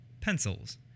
pencils